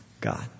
God